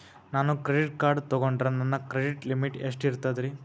ನಾನು credit card ತೊಗೊಂಡ್ರ ನನ್ನ ಕ್ರೆಡಿಟ್ ಲಿಮಿಟ್ ಎಷ್ಟ ಇರ್ತದ್ರಿ?